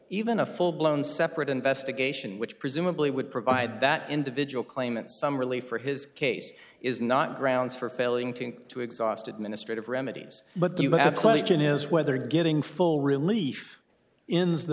even a full blown separate investigation which presumably would provide that individual claimants some relief for his case is not grounds for failing to to exhaust administrative remedies but you absolutely can is whether getting full relief ins the